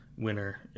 Winner